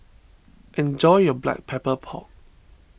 enjoy your Black Pepper Pork